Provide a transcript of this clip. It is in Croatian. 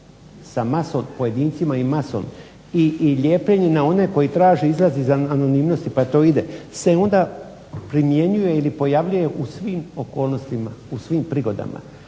sa pojedincima i masom i lijepljenje na one koji traže izlaz iz anonimnosti pa to ide, se onda primjenjuje ili pojavljuje u svim okolnostima u svim prigodama.